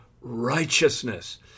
righteousness